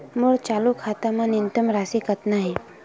मोर चालू खाता मा न्यूनतम राशि कतना हे?